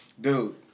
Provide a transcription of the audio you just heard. Dude